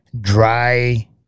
dry